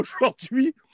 aujourd'hui